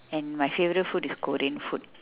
and my favourite food is korean food